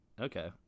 Okay